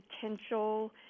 potential